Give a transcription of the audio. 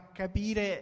capire